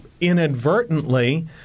inadvertently